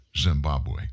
Zimbabwe